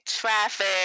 traffic